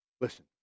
listen